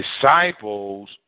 disciples